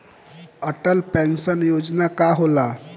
Atal pension योजना का होला?